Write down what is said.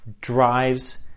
drives